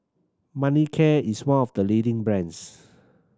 Manicare is one of the leading brands